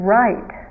right